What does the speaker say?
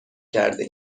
کرده